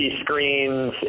screens